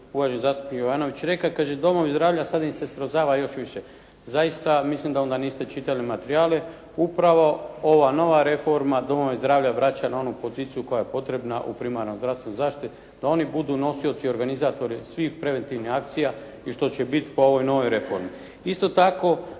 uvaženi zastupnik Jovanović rekao. Kaže, domovi zdravlja sad im se srozava još više. Zaista mislim da onda niste čitali materijale. Upravo ova nova reforma domove zdravlja vraća na onu poziciju koja je potrebna u primarnoj zdravstvenoj zaštiti, da oni budu nosioci, organizatori svih preventivnih akcija i što će biti po ovoj novoj reformi. Isto tako,